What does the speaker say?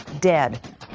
dead